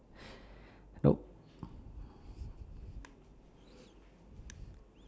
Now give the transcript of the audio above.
nope